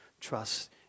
Trust